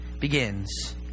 begins